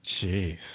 Jeez